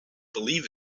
believe